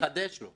לחדש לו.